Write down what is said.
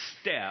step